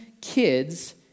kids